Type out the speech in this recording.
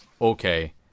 Okay